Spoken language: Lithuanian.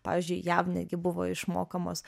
pavyzdžiui jav netgi buvo išmokamos